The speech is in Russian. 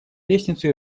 лестницу